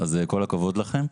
אז כל הכבוד לכם.